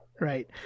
right